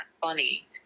funny